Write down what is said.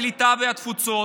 הקליטה והתפוצות,